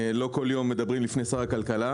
כי לא כל יום מדברים לפני שר הכלכלה.